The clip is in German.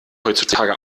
heutzutage